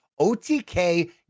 OTK